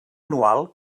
anual